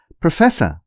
Professor